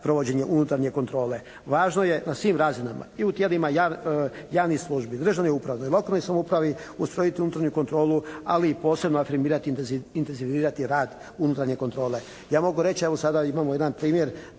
provođenje unutarnje kontrole. Važno je na svim razinama i u tijelima javnih službi, državne uprave, lokalnoj samoupravi ustrojiti unutarnju kontrolu, ali i posebno afirmirati i intenzivirati rad unutarnje kontrole. Ja mogu reći, evo sada imamo jedan primjer